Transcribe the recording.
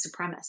supremacist